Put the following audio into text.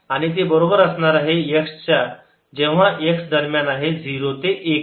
आणि ते बरोबर असणार आहे x च्या जेव्हा x दरम्यान आहे 0 ते 1 च्या